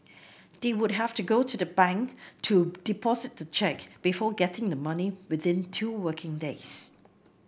they would have to go to a bank to deposit the cheque before getting the money within two working days